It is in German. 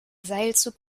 seilzug